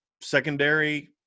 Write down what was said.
secondary